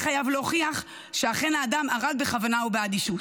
חייב להוכיח שאכן האדם הרג בכוונה או באדישות.